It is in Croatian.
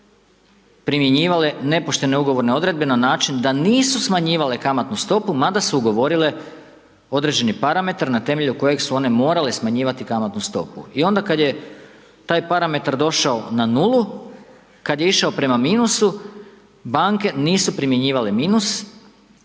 primjenjivale nepoštene ugovorne obveze, na način, da nisu smanjivale kamatnu stopu, mada su ugovorile određeni parametar, na temelju kojeg su one morale smanjivati kamatnu stopu. I onda kada je taj parametar došao na nulu, kada je išao prema minusu, banke nisu primjenjivale minus,